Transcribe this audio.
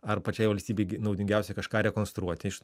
ar pačiai valstybei naudingiausia kažką rekonstruoti iš